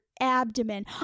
abdomen